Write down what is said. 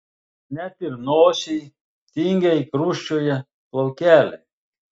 net ir nosyj tingiai krusčioja plaukeliai